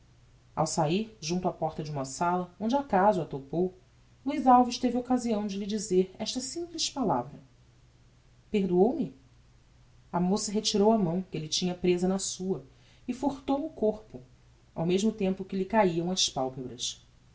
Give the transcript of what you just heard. ao sair junto á porta de uma sala onde acaso a topou luiz alves teve occasião de lhe dizer esta simples palavra perdoou me a moça retirou a mão que elle tinha presa na sua e furtou o corpo ao mesmo tempo que lhe caiam as palpebras